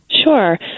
Sure